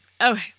Okay